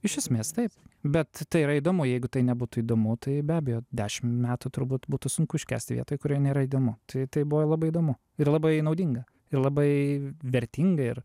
iš esmės taip bet tai yra įdomu jeigu tai nebūtų įdomu tai be abejo dešim metų turbūt būtų sunku iškęsti vietoj kurioj nėra įdomu tai buvo labai įdomu ir labai naudinga ir labai vertinga ir